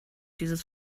dieses